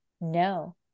No